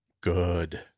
Good